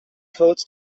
quotes